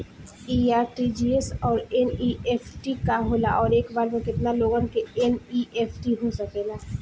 इ आर.टी.जी.एस और एन.ई.एफ.टी का होला और एक बार में केतना लोगन के एन.ई.एफ.टी हो सकेला?